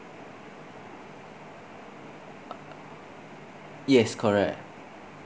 yes correct